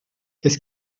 qu’est